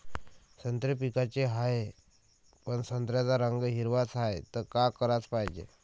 संत्रे विकाचे हाये, पन संत्र्याचा रंग हिरवाच हाये, त का कराच पायजे?